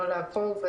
לא לעקוב,